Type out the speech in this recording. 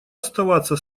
оставаться